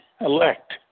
elect